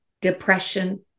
depression